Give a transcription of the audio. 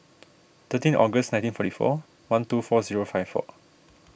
thirteen August nineteen forty four one two four zero five four